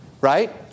right